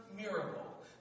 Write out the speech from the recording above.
miracle